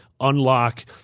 unlock